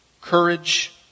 courage